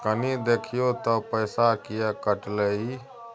कनी देखियौ त पैसा किये कटले इ?